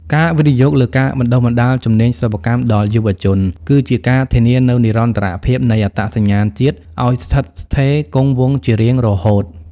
ការវិនិយោគលើការបណ្ដុះបណ្ដាលជំនាញសិប្បកម្មដល់យុវជន គឺជាការធានានូវនិរន្តរភាពនៃអត្តសញ្ញាណជាតិ ឱ្យស្ថិតស្ថេរគង់វង្សជារៀងរហូត។